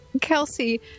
Kelsey